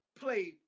played